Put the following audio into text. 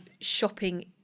shopping